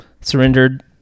surrendered